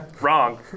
wrong